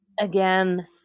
again